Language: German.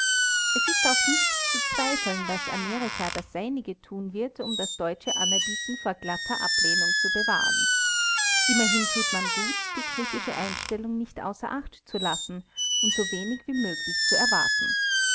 es ist auch nicht zu zweifeln daß amerika das seinige tun wird um das deutsche anerbieten vor glatter ablehnung zu bewahren immerhin tut man gut die kritische einstellung nicht außer acht zu lassen und so wenig wie möglich zu erwarten